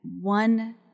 one